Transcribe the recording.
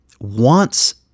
wants